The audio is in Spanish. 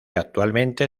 actualmente